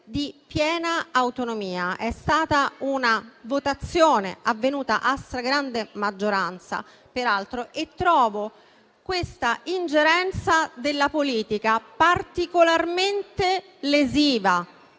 di piena autonomia. Peraltro, c'è stata una votazione avvenuta a stragrande maggioranza e trovo l'ingerenza della politica particolarmente lesiva